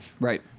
Right